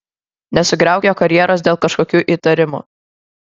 nesugriauk jo karjeros dėl kažkokių įtarimų